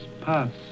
past